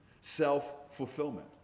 Self-fulfillment